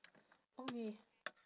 okay